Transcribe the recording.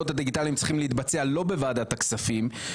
הדיגיטליים צריך להתבצע לא בוועדת הכספים.